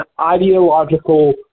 ideological